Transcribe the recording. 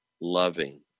loving